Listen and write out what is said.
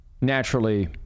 naturally